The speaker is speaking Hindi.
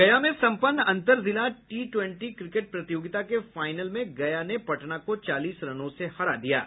गया में सम्पन्न अंतर जिला टी ट्वेंटी क्रिकेट प्रतियोगिता के फाईनल में गया ने पटना को चालीस रनों से हरा दिया है